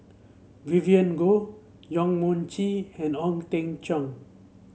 Vivien Goh Yong Mun Chee and Ong Teng Cheong